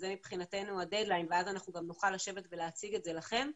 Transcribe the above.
זה מבחינתי הדד-ליין ואז אנחנו גם נוכל לשבת ולהציג את זה לכם.